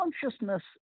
consciousness